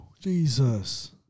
Jesus